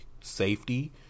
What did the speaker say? safety